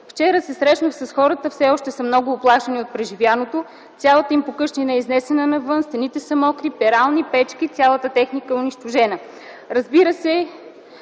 Вчера се срещнах с хората, те все още са уплашени от преживяното, цялата им покъщнина е изнесена навън, стените са мокри, перални, печки, цялата техника е унищожена. Това,